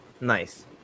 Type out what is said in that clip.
nice